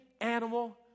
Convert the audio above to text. animal